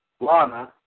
Lana